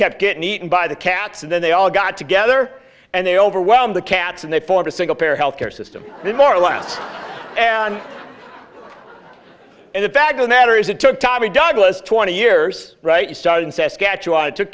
kept getting eaten by the cats and then they all got together and they overwhelm the cats and they formed a single payer healthcare system that more or less and in fact no matter is it took tommy douglas twenty years right you start in saskatchewan it took